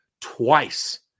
twice